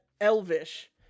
Elvish